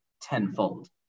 tenfold